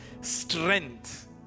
Strength